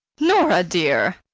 nora, dear!